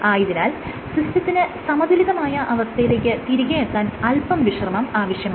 ആയതിനാൽ സിസ്റ്റത്തിന് സമതുലിതമായ അവസ്ഥയിലേക്ക് തിരികെയെത്താൻ അല്പം വിശ്രമം ആവശ്യമാണ്